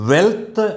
Wealth